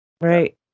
right